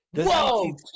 Whoa